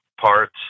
parts